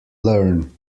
learn